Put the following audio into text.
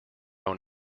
own